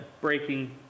breaking